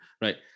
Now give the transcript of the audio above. Right